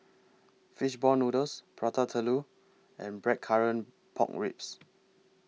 Fish Ball Noodles Prata Telur and Blackcurrant Pork Ribs